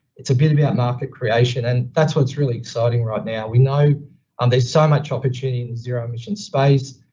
it's a bit of a ah market creation and that's what's really exciting right now. we know um there's so much opportunity in zero emission space.